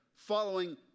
following